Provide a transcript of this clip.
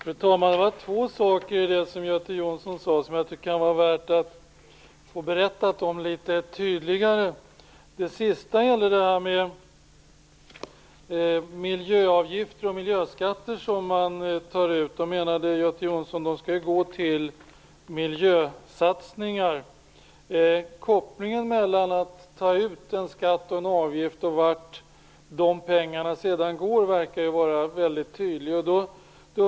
Fru talman! Jag tycker att det kan vara värt att Göte Jonsson litet tydligare berättar om två saker som han tog upp. Det sista som han tog upp gällde de miljöavgifter och miljöskatter som tas ut. Göte Jonsson menade att dessa skall gå till miljösatsningar. Han verkar vilja göra en väldigt tydlig koppling mellan uttaget av en skatt och en avgift och vart de pengarna sedan skall gå.